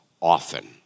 often